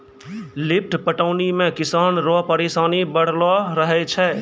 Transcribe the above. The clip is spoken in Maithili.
लिफ्ट पटौनी मे किसान रो परिसानी बड़लो रहै छै